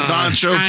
Sancho